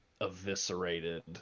eviscerated